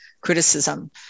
criticism